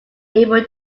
able